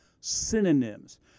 synonyms